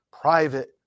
private